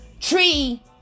tree